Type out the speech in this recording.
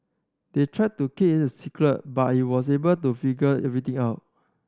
they tried to keep it a secret but he was able to figure everything out